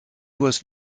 was